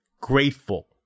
grateful